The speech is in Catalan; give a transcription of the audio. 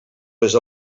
les